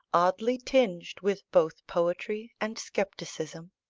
oddly tinged with both poetry and scepticism